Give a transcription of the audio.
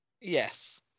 Yes